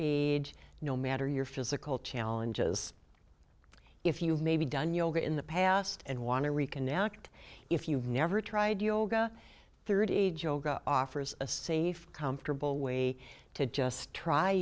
age no matter your physical challenges if you maybe done yoga in the past and want to reconnect if you've never tried yoga thirty eight joe god offers a safe comfortable way to just try